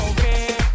Okay